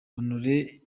honore